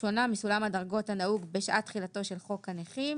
שונה מסולם הדרגות הנהוג בשעת תחילתו של חוק הנכים